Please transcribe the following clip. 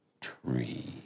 tree